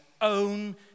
own